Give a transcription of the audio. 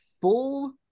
full